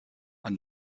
are